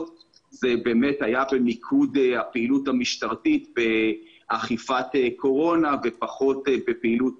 באמת היו במיקוד הפעילות המשטרתית באכיפת קורונה ופחות בפעילות